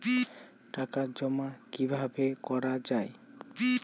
টাকা জমা কিভাবে করা য়ায়?